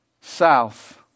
south